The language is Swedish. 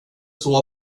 sova